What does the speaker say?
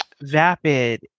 vapid